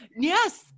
Yes